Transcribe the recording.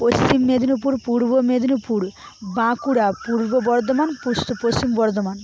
Paschim Medinipur Purba Medinipur Bankura Purba Bardhaman Paschim Bardhaman